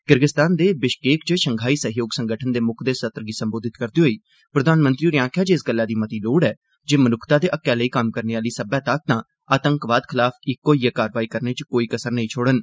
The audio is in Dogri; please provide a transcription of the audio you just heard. किर्गस्तान दे विश्केक च शंघाई सैहयोग संगठन दे मुकदे सत्र गी संबोधित करदे होई प्रधानमंत्री होरें आक्खेआ जे इस गल्लै दी मती लोड़ ऐ जे मनुक्खता दे हक्कै लेई कम्म करने आहली सब्बै ताकतां आतंकवाद खलाफ इक होई कारवाई करने च कोई कसर नेंई छोड़न